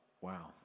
Wow